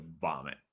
vomit